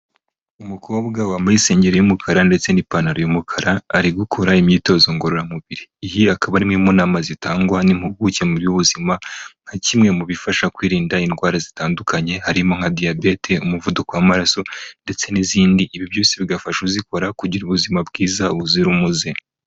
Umukobwa wambaye isengeri y'umukara ndetse n'ipantaro y'umukara, ari gukora imyitozo ngororamubiri. Iyi akaba ari imwe mu nama zitangwa n'impuguke mu by'ubuzima, nka kimwe mu bifasha kwirinda indwara zitandukanye, harimo nka diyabete, umuvuduko w'amaraso ndetse n'izindi, ibi byose bigafasha uzikora kugira ubuzima bwiza buzira umuze.